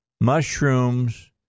mushrooms